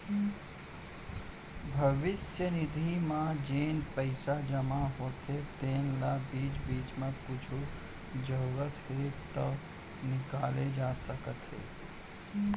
भविस्य निधि म जेन पइसा जमा होथे तेन ल बीच बीच म कुछु जरूरत हे त निकाले जा सकत हे